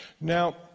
Now